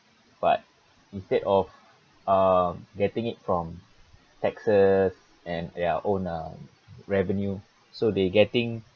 but instead of um getting it from taxes and their own um revenue so they getting